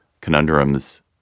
conundrums